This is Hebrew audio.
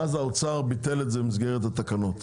ואז האוצר ביטל את זה במסגרת התקנות.